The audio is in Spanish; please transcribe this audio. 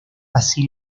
así